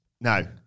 No